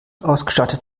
ausgestattet